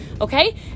okay